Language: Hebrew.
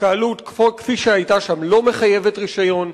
התקהלות כפי שהיתה שם לא מחייבת רשיון,